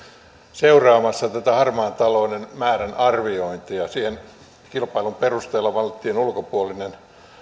seuraamassa tätä harmaan talouden määrän arviointia siihen kilpailun perusteella valittiin ulkopuolinen